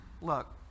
Look